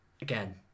again